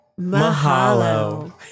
Mahalo